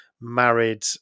married